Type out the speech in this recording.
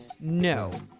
No